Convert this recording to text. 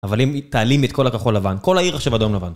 אבל אם תעלימי את כל הכחול לבן, כל העיר עכשיו אדום לבן.